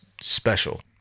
special